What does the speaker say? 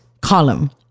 column